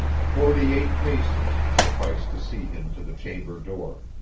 forty-eight paces sufficed to see him to the chamber door.